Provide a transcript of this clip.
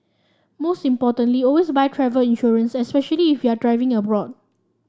most importantly always buy travel insurance especially if you're driving abroad